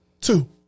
Two